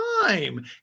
time